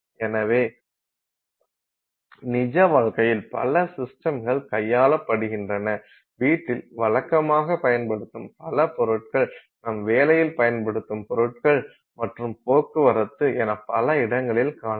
எனவே நிஜ வாழ்க்கையில் பல சிஸ்டம்கள் கையாளப்படுகின்றன வீட்டில் வழக்கமாகப் பயன்படுத்தும் பல பொருட்கள் நம் வேலையில் பயன்படுத்தும் பொருட்கள் மற்றும் போக்குவரத்து என பல இடங்களில் காணலாம்